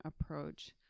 approach